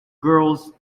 girls